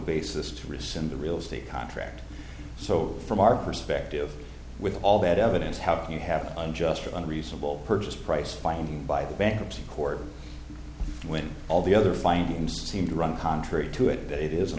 basis to rescind the real estate contract so from our perspective with all that evidence how can you have an unjust or unreasonable purchase price claim by the bankruptcy court when all the other findings seem to run contrary to it that it is an